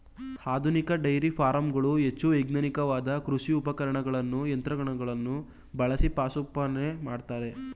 ಆಧುನಿಕ ಡೈರಿ ಫಾರಂಗಳು ಹೆಚ್ಚು ವೈಜ್ಞಾನಿಕವಾದ ಕೃಷಿ ಉಪಕರಣಗಳನ್ನು ಯಂತ್ರಗಳನ್ನು ಬಳಸಿ ಪಶುಸಂಗೋಪನೆ ಮಾಡ್ತರೆ